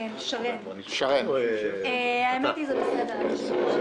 האמת היא שזה בסדר.